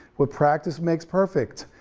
with practice makes perfect,